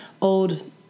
old